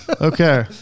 Okay